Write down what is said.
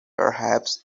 perhaps